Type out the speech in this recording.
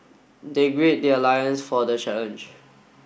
they grid their lions for the challenge